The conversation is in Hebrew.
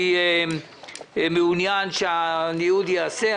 אני מעוניין שהניוד ייעשה.